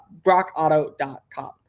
BrockAuto.com